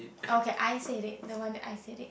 okay I say it the one I say it